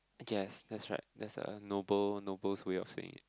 I guess that's right that's a noble noble ways of saying it